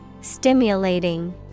Stimulating